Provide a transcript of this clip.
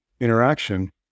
interaction